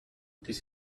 this